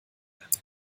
werden